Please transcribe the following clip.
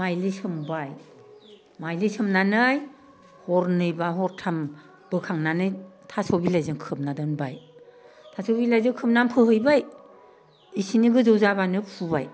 माइलि सोमबाय माइलि सोमनानै हरनै बा हरथाम बोखांनानै थास' बिलाइजों खोबना दोनबाय थास' बिलाइजों खोबना फोहैबाय बेखिनि गोजौ जाबानो फुबाय